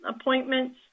appointments